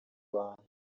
abantu